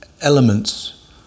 elements